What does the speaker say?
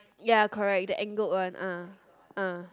ya correct the angled one ah ah